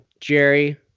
Jerry